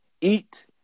eat